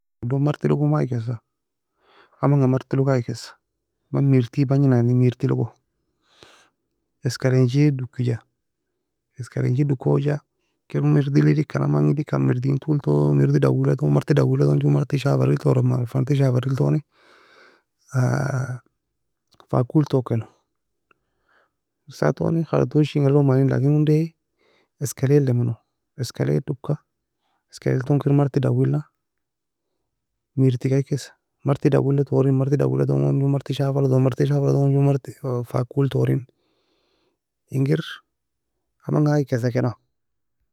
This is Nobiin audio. Uoe dou marty logom aikesa, aman ga marty log aikesa, man mirty bagnie nan logo mirty logo, Eskalay enchie dokiga Eskalayn chie dokiga ken merty la edikan aman ga edikan merdiy eltol tone mardy dawela tone marty dawela tone joe marty shafary la tora, fenti shafary eltoni, fakol tokeno. Esat toni khartosh engala log mani لكن unday Eskalay elimeno Eskalay doka Eskalay elton kir marty dawila mirty ga eag kesa marty dawila torien marty dawila tone joe marty shafa elton marty shafa elton joe marty fakol torin, engir aman ga aikesa kena.